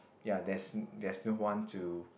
ya there's there's no one to